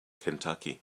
kentucky